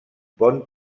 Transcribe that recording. pont